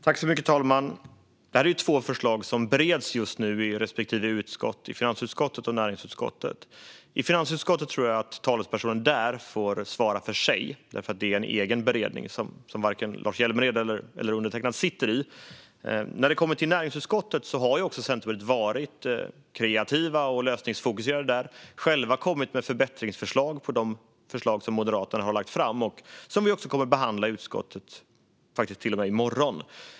Fru talman! Det här är två förslag som just nu bereds i respektive utskott, finansutskottet och näringsutskottet. Vad gäller finansutskottet tror jag att talespersonen där får svara för sig, då det är en egen beredning som varken Lars Hjälmered eller undertecknad sitter i. I näringsutskottet har Centerpartiet varit kreativa och lösningsfokuserade. Vi har själva kommit med förbättringsförslag till de förslag som Moderaterna har lagt fram. Vi kommer att behandla dessa förslag i utskottet i morgon.